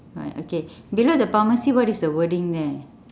right okay below the pharmacy what is the wording there